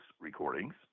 recordings